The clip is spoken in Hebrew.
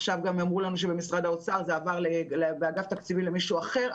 עכשיו גם אמרו לנו שזה עבר מוועדת תקציבים למישהו אחר.